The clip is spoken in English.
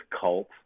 cult